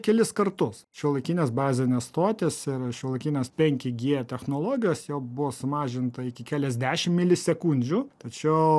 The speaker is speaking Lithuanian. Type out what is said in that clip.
kelis kartus šiuolaikinės bazinės stotys ir šiuolaikinės penki gie technologijos jau buvo sumažinta iki keliasdešim milisekundžių tačiau